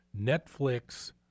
Netflix